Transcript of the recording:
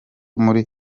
muri